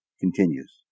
continues